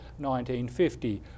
1950